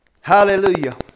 Hallelujah